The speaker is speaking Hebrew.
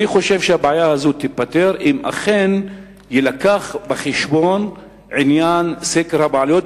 אני חושב שהבעיה הזאת תיפתר אם אכן יילקח בחשבון עניין סקר הבעלויות,